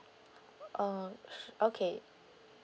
uh su~ okay